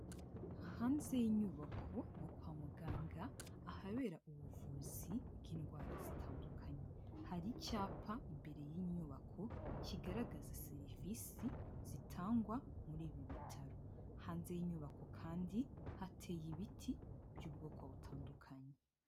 Hanze y'inyubako yo kwa muganga, ahabera ubuvuzi bw'indwara zitandukanye, hari icyapa imbere y'inyubako, kigaragaza serivisi zitangwa muri ibi bitaro. Hanze y'inyubako kandi hateye ibiti by'ubwoko butandukanye.